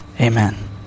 Amen